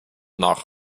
nach